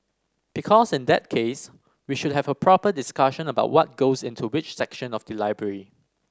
because in that case we should have a proper discussion about what goes into which section of the library